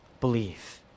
Believe